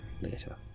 later